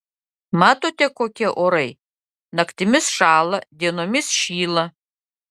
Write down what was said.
matote kokie orai naktimis šąla dienomis šyla